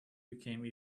became